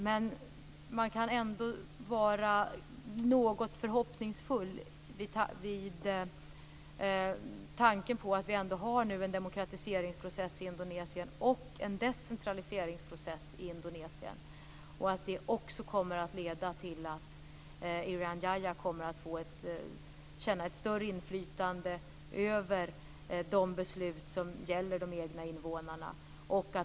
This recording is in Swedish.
Men man kan vara något förhoppningsfull vid tanken på att det nu ändå finns en demokratiseringsprocess och en decentraliseringsprocess i Indonesien och att det också kommer att leda till att Irian Jaya kommer att känna ett större inflytande över de beslut som gäller de egna invånarna.